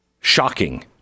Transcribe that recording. shocking